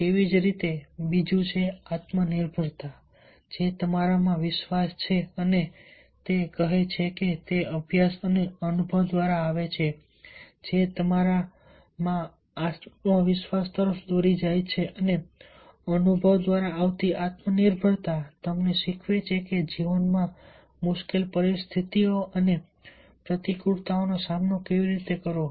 તેવી જ રીતે બીજી આત્મનિર્ભરતા છે જે તમારામાં વિશ્વાસ છે અને તે કહે છે કે તે અભ્યાસ અને અનુભવ દ્વારા આવે છે જે તમારામાં આત્મવિશ્વાસ તરફ દોરી જાય છે અને અનુભવ દ્વારા આવતી આત્મનિર્ભરતા તમને શીખવે છે કે જીવનમાં મુશ્કેલ પરિસ્થિતિઓ અને પ્રતિકૂળતાઓનો સામનો કેવી રીતે કરવો